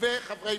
וחברי